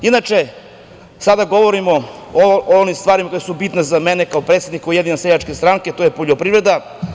Inače, sada govorimo o onim stvarima koje su bitne za mene kao predsednika Ujedinjene seljačke stranke, to je poljoprivreda.